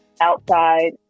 outside